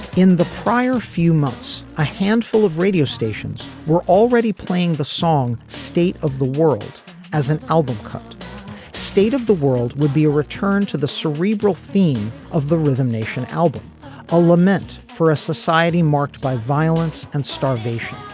in the prior few months. a handful of radio stations were already playing the song state of the world as an album cut state of the world would be a return to the cerebral theme of the rhythm nation album a lament for a society marked by violence and starvation.